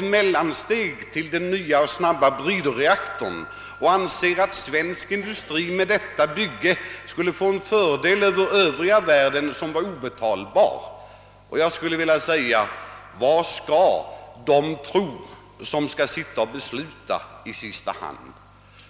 mellansteg fram till den nya och snabba bridreaktorn, och han ansåg ait svensk industri med Marviken-anläggningen hade fått en oskattbar fördel framför den övriga världen. Vad skall man då tro, om man är med bland dem som i sista hand skall besluta i dessa frågor?